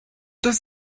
does